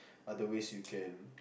other ways you can